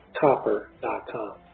copper.com